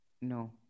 No